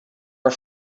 are